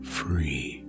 free